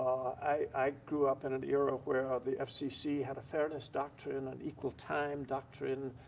i grew up in an era of where ah the fcc had a fairness doctrine, and equal time doctrine,